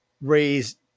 raised